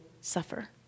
suffer